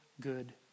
good